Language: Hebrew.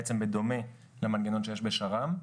בעצם בדומה למנגנון שיש בשר"מ.